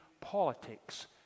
politics